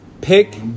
pick